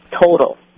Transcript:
total